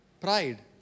pride